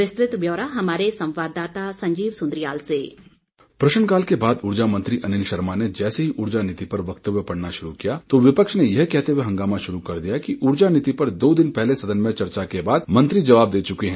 विस्तृत ब्यौरा हमारे संवाददाता संजीव सुन्द्रियाल से डिस्पैचप्रश्नकाल के बाद उर्जा मंत्री अनिल शर्मा ने जैसे ही नई ऊर्जा नीति पर वक्तव्य पढ़ना शुरू किया तो विपक्ष ने यह कहते हुए हंगामा शुरू कर दिया कि ऊर्जा नीति पर दो दिन पहले सदन में चर्चा के बाद मंत्री जवाब दे चुके हैं